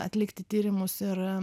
atlikti tyrimus ir